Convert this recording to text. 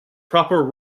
proper